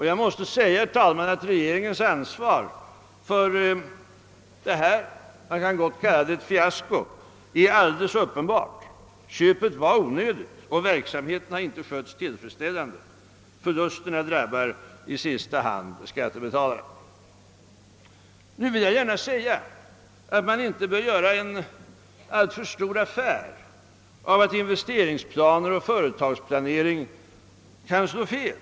Jag måste säga, herr talman, att regeringens ansvar för detta fiasko är alldeles uppenbart; köpet var onödigt och verksamheten har inte skötts = tillfredsställande. Förlusterna drabbar i sista hand skattebetalarna. Nu vill jag gärna säga att man inte bör göra en alltför stor affär av att investeringsplaner och företagsplanering kan slå fel.